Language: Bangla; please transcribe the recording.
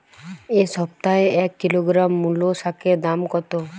এ সপ্তাহে এক কিলোগ্রাম মুলো শাকের দাম কত?